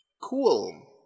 cool